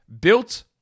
built